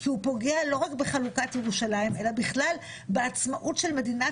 כי הוא פוגע לא רק בחלוקת ירושלים אלא בכלל בעצמאות של מדינת